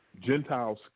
Gentiles